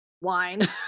Wine